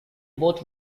both